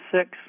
six